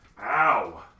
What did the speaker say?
Ow